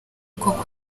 koko